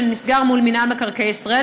שנסגר מול מינהל מקרקעי ישראל,